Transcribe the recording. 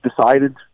decided